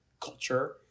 culture